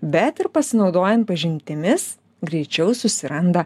bet ir pasinaudojan pažintimis greičiau susiranda